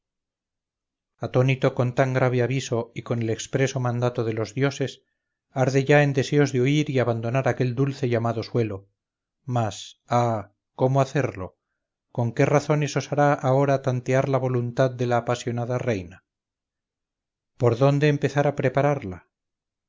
atónito con tan grave aviso y con el expreso mandato de los dioses arde ya en deseos de huir y abandonar aquel dulce y amado suelo mas ah cómo hacerlo con qué razones osará ahora tantear la voluntad de la apasionada reina por dónde empezar a prepararla